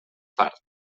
fart